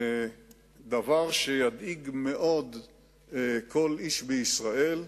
שהדבר ידאיג מאוד כל איש בישראל,